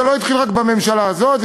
זה לא התחיל בממשלה הזאת,